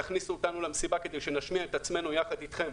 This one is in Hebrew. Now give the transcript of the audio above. תכניסו אתכם למסיבה כדי שנשמיע את עצמנו יחד איתכם.